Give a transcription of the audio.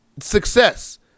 success